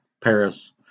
Paris